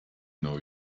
know